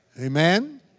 Amen